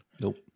Nope